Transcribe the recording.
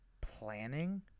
planning